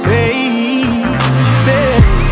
Baby